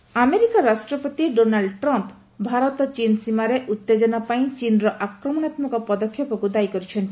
Trump ଚୀନ୍ America ରାଷ୍ଟ୍ରପତି Donald Trump Bharat ଚୀନ୍ ସୀମାର ଉତ୍ତେଜନା ପାଇଁ ଚୀନ୍ ଆକ୍ରମଣାତ୍ମକ ପଦକ୍ଷେପକୁ ଦାୟୀ କରିଛନ୍ତି